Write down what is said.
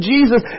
Jesus